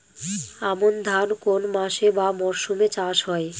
আমন ধান কোন মাসে বা মরশুমে চাষ হয়?